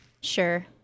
sure